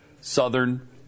southern